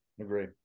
agree